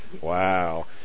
Wow